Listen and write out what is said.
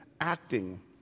acting